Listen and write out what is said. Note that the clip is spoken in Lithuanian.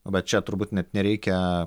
bet čia turbūt net nereikia